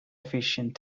efficient